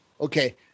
okay